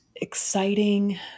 exciting